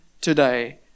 today